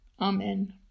Amen